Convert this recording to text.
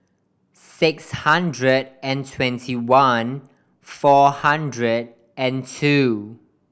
six hundred and twenty one four hundred and two